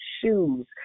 shoes